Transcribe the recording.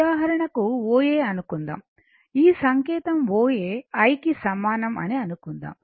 ఉదాహరణకు O A అనుకుందాం ఈ సంకేతం O A i కి సమానం అని అనుకుందాం